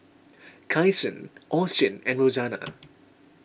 Kyson Austin and Rosanna